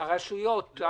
את הרשויות.